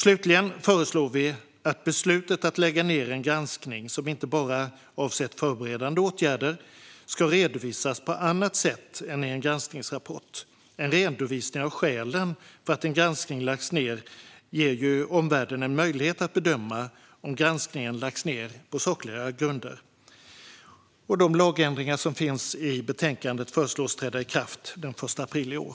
Slutligen föreslår vi att beslutet att lägga ned en granskning som inte bara avsett förberedande åtgärder ska redovisas på annat sätt än i en granskningsrapport. En redovisning av skälen för att en granskning lagts ned ger ju omvärlden en möjlighet att bedöma om granskningen lagts ned på sakliga grunder. De lagändringar som finns i betänkandet föreslås träda i kraft den 1 april i år.